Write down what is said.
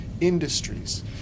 industries